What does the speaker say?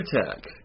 attack